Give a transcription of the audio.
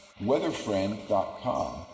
Weatherfriend.com